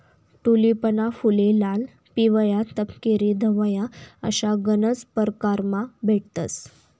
टूलिपना फुले लाल, पिवया, तपकिरी, धवया अशा गनज परकारमा भेटतंस